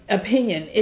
opinion